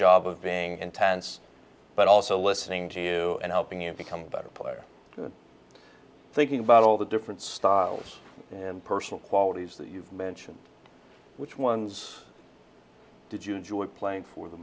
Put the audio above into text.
job of being intense but also listening to you and helping you become a better player good thinking about all the different styles and personal qualities that you've mentioned which ones did you enjoy playing for the